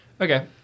Okay